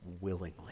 willingly